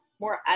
more